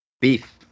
Beef